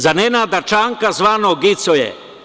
Za Nenada Čanka, zvanog Gicoje.